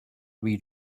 read